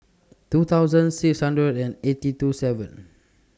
two thousand six hundred and eighty two seven